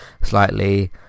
slightly